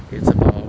it's about